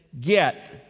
get